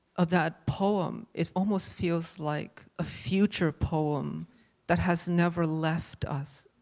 of that poem, it almost feels like a future poem that has never left us,